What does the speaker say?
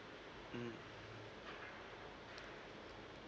mm